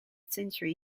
century